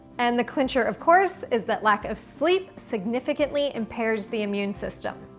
and the clincher of course is that lack of sleep significantly impairs the immune system.